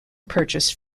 purchased